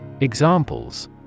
Examples